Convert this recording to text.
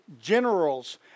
generals